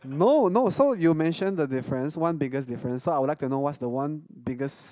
no no so you've mentioned the difference one biggest difference so I would like to know what's the one biggest